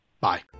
Bye